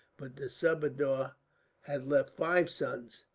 but the subadar had left five sons.